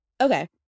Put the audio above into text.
okay